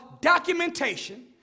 documentation